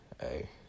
Hey